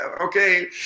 Okay